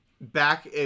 back